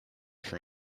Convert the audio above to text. from